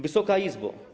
Wysoka Izbo!